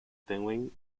penguin